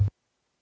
Hvala.